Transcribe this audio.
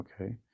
okay